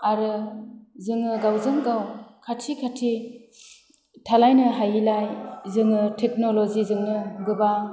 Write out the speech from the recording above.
आरो जोङो गावजों गाव खाथि खाथि थालायनो हायिलाय जोङो टेक्नल'जिजोंनो गोबां